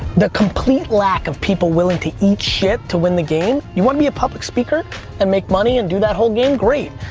the complete lack of people willing to eat shit to win the game. you want to be a public speaker and make money and do that whole game? great,